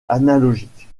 analogique